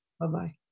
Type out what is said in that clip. Bye-bye